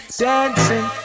dancing